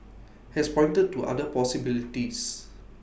has pointed to other possibilities